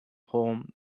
home